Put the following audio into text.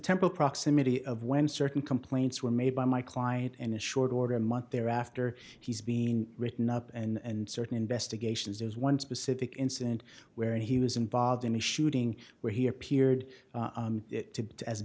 temple proximity of when certain complaints were made by my client in a short order a month there after he's been written up and certain investigations there's one specific incident where he was involved in a shooting where he appeared to as